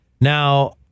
Now